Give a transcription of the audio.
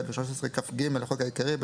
לחוק העיקרי,